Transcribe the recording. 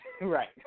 Right